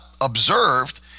observed